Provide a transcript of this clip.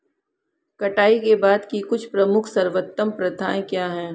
कटाई के बाद की कुछ प्रमुख सर्वोत्तम प्रथाएं क्या हैं?